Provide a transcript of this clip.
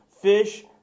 fish